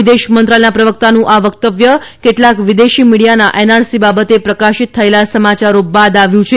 વિદેશ મંત્રાલયના પ્રવક્તાનું આ વક્તવ્ય કેટલાક વિદેશી મીડિયાના એનઆરસી બાબતે પ્રકાશીત થયેલા તેમણે કહ્યું કે